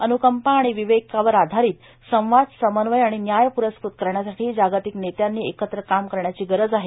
अन्कंपा आणि विवेकावर आधारित संवाद समन्वय आणि न्याय प्रस्कृत करण्यासाठी जागतिक नेत्यांनी एकत्र काम करण्याची गरज आहे